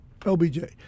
LBJ